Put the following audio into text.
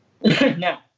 Now